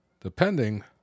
depending